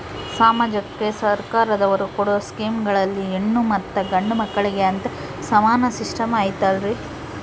ಸಮಾಜಕ್ಕೆ ಸರ್ಕಾರದವರು ಕೊಡೊ ಸ್ಕೇಮುಗಳಲ್ಲಿ ಹೆಣ್ಣು ಮತ್ತಾ ಗಂಡು ಮಕ್ಕಳಿಗೆ ಅಂತಾ ಸಮಾನ ಸಿಸ್ಟಮ್ ಐತಲ್ರಿ?